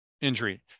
injury